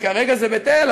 וכרגע זה בית-אל,